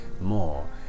more